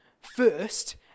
first